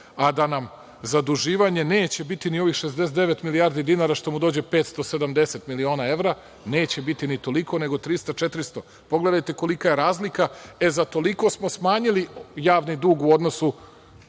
a da nam zaduživanje neće biti ni ovih 69 milijardi dinara, što mu dođe 570 miliona evra, neće biti ni toliko, nego 300, 400. Pogledajte kolika je razlika, e, za toliko smo smanjili javni dug, procenat